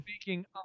speaking